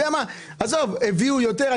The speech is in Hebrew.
הביאו יותר,